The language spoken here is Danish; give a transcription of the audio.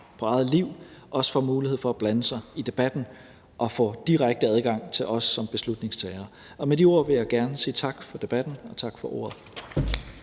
på eget liv, også får mulighed for at blande sig i debatten og få direkte adgang til os som beslutningstagere. Med de ord vil jeg gerne sige tak for debatten og tak for ordet.